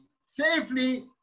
safely